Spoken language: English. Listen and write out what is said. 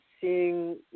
seeing